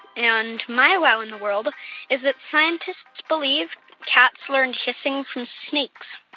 and my wow in the world is that scientists believe cats learned hissing from snakes.